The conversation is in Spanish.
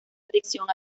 adicción